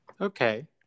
Okay